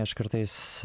aš kartais